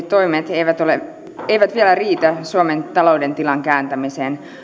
toimet eivät vielä riitä suomen talouden tilan kääntämiseen